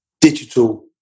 digital